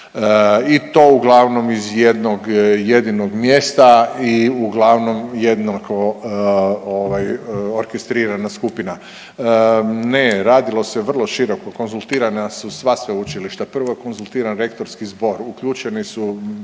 i to uglavnom iz jednog jedinog mjesta i uglavnom jednako ovaj orkestrirana skupina. Ne, radilo se vrlo široko, konzultirana su sva sveučilišta, prvo je konzultiran rektorski zbor, uključeni su